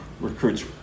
recruits